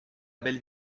belle